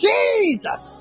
Jesus